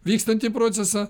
vykstantį procesą